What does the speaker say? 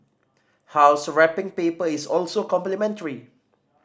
house wrapping paper is also complimentary